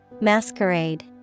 Masquerade